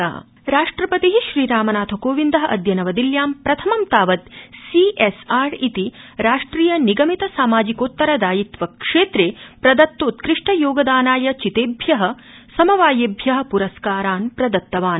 राष्ट्रपति राष्ट्रपति श्रीरामनाथ कोविन्द अद्य नवदिल्ल्यां प्रथमं तावत् सी एस् आर् इति राष्ट्रिय निगमित सामाजिकोत्तर दायित्व क्षेत्रे प्रदत्तोत्कृष्ट योगदानाय चितेभ्य समवायेभ्य पुरस्कारान् प्रदत्तवान्